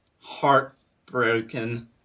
heartbroken